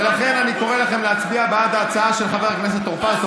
ולכן אני קורא לכם להצביע בעד ההצעה של חבר הכנסת טור פז.